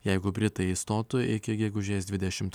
jeigu britai išstotų iki gegužės dvidešimt